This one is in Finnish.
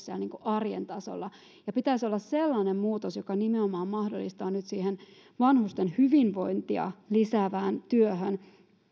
arjen tasolla ja sen pitäisi olla sellainen muutos joka nimenomaan mahdollistaa nyt sen vanhusten hyvinvointia lisäävän työn ja